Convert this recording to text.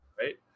right